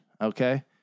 Okay